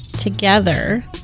together